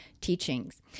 teachings